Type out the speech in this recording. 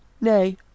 Nay